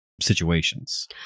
situations